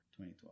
2012